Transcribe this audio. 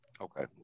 Okay